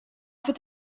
fet